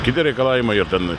kibi reikalavimai ir ten